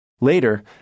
Later